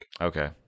Okay